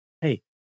hey